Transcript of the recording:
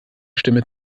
stimme